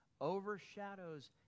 overshadows